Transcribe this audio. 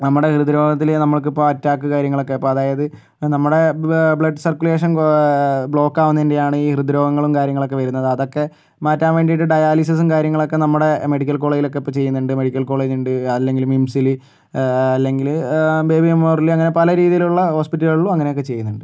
നമ്മുടെ ഹൃദ്രോഗത്തിൽ നമുക്ക് ഇപ്പോൾ അറ്റാക്ക് കാര്യങ്ങളൊക്കെ ഇപ്പോൾ അതായത് നമ്മുടെ ബേ ബ്ലഡ് സർക്കുലേഷൻ ബ്ലോക്കാകുന്നതിൻ്റെയാണ് ഈ ഹൃദൃരോഗങ്ങലും കാര്യങ്ങളൊക്കെ വരുന്നത് അതൊക്കെ മാറ്റാൻ വേണ്ടിയിട്ട് ഡയാലിസിസും കാര്യങ്ങളൊക്കെ നമ്മുടെ മെഡിക്കൽ കോളേജിലൊക്കെ ഇപ്പോൾ ചെയ്യുന്നുണ്ട് മെഡിക്കൽ കോളേജുണ്ട് അല്ലെങ്കിൽ മിംമ്സില് അല്ലെങ്കില് ബേബി മെമ്മോറിയൽ അങ്ങനെ പല രീതിയിലുള്ള ഹോസ്പിറ്റലുകളും അങ്ങനെയൊക്കെ ചെയ്യുന്നുണ്ട്